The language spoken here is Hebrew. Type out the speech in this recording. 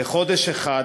בחודש אחד,